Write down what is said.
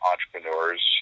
entrepreneurs